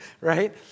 Right